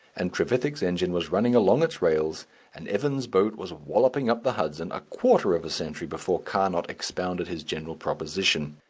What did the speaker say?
and trevithick's engine was running along its rails and evan's boat was walloping up the hudson a quarter of a century before carnot expounded his general proposition.